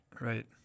Right